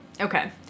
Okay